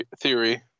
theory